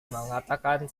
mengatakan